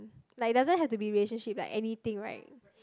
like doesn't have to be relationships like anything right